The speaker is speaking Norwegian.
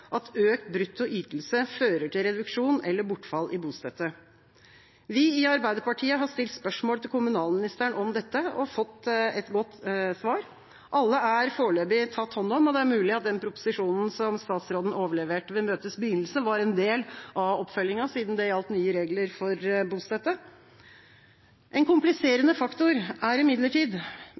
at økt brutto ytelse fører til reduksjon eller bortfall i bostøtte. Vi i Arbeiderpartiet har stilt spørsmål til kommunalministeren om dette og fått et godt svar. Alle er foreløpig tatt hånd om – og det er mulig at den proposisjonen som statsråden overleverte ved møtets begynnelse, var en del av oppfølginga, siden det gjaldt nye regler for bostøtte. En kompliserende faktor er imidlertid